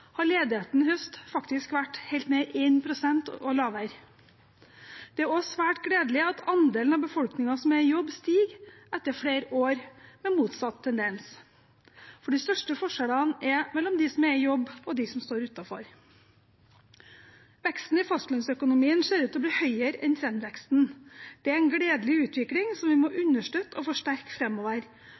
har ledigheten i høst faktisk vært helt nede i 1 pst. og lavere. Det er også svært gledelig at andelen av befolkningen som er i jobb, stiger etter flere år med motsatt tendens, for de største forskjellene er mellom dem som er i jobb, og dem som står utenfor. Veksten i fastlandsøkonomien ser ut til å bli større enn trendveksten. Det er en gledelig utvikling som vi må understøtte og forsterke